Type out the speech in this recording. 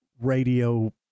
radio